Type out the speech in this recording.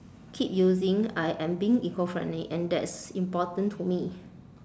keep using I am being eco-friendly and that's important to me